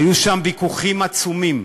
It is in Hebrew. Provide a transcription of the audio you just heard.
היו שם ויכוחים עצומים,